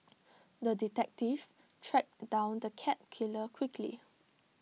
the detective tracked down the cat killer quickly